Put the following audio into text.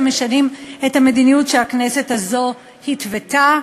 משנים את המדיניות שהכנסת הזאת התוותה.